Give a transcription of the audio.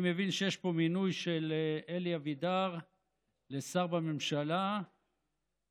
אני מבין שיש פה מינוי של אלי אבידר לשר בממשלה בתמורה